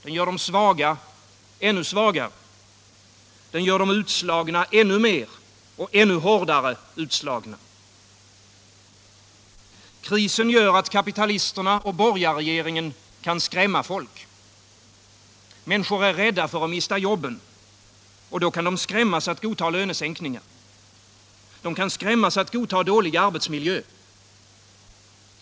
Den gör de svaga ännu svagare. Den gör de utslagna ännu mer och ännu hårdare utslagna. Krisen gör att kapitalisterna och borgarregeringen kan skrämma folk. Människor är rädda för att mista jobben. Då kan de skrämmas att godta lönesänkningar. De kan skrämmas att godta dålig arbetsmiljö.